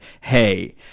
hey